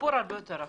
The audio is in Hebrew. הסיפור הרבה יותר רחב.